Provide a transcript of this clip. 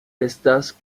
estas